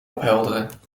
ophelderen